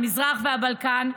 המזרח והבלקן,